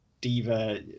diva